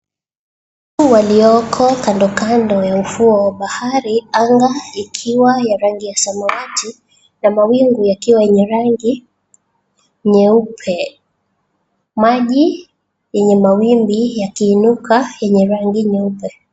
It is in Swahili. Watu walioko kandokando ya ufuo mwa bahari anga ikiwa ya rangi ya samawati na mawingu yakiwa yenye rangi nyeupe. Maji yenye mawimbi yakiinuka yenye rangi nyeupe.